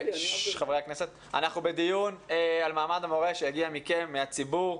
אנחנו בדיון על מעמד המורה שהגיע מכם, מהציבור,